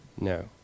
No